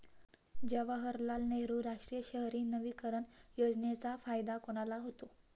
जवाहरलाल नेहरू राष्ट्रीय शहरी नवीकरण योजनेचा फायदा कोणाला होतो?